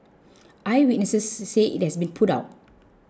eyewitnesses say it has been put out